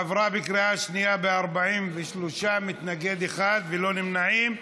עברה בקריאה שנייה ב-43, מתנגד אחד וללא נמנעים.